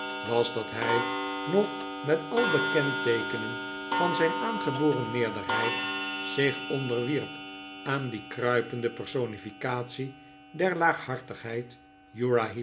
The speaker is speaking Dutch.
was dat hij nog met al de kenteekenen van zijn aangeboren meerderheid zich onderwierp aan die kruipende personificatie der